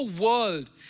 world